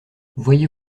voyez